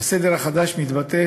והסדר החדש מתבטא